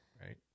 right